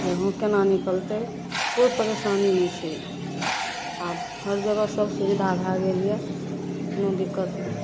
जे हँ केना निकलतय कोइ परेशानी नहि छै आब हर जगह सब सुविधा भए गेल यऽ कोनो दिक्कत नहि